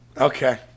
Okay